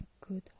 good